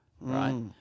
right